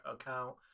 account